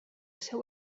seu